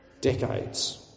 decades